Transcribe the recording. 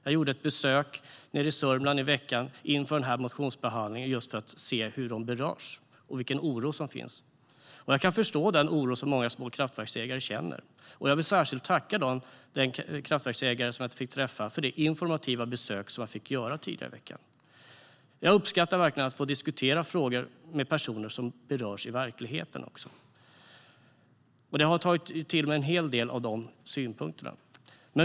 Jag gjorde ett besök i Sörmland i veckan inför motionsbehandlingen just för att se hur de berörs och vilken oro som finns. Jag kan förstå den oro som många små kraftverksägare känner. Jag vill särskilt tacka den kraftverksägare som jag fick träffa för det informativa besök som jag fick göra tidigare i veckan. Jag uppskattar verkligen att få diskutera frågor med personer som berörs i verkligheten. Jag har tagit till mig en hel del av synpunkterna.